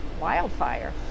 wildfire